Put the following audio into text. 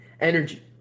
energy